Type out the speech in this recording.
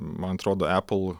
man atrodo apple